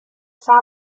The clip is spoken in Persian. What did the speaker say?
صبر